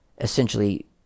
essentially